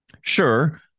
sure